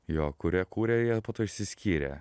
jo kurie kūrė jie po to išsiskyrė